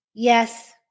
Yes